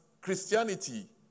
Christianity